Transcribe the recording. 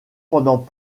pendant